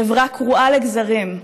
חברה קרועה לגזרים.